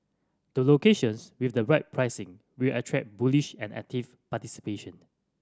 the locations with the right pricing will attract bullish and active participation